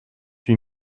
huit